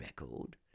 record